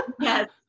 Yes